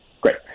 great